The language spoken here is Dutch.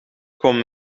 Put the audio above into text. kwam